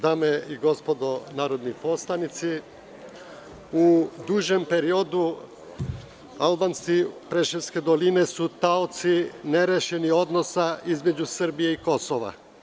Dame i gospodo narodni poslanici, u dužem periodu Albanci iz Preševske doline su taoci nerešenih odnosa između Srbije i Kosova.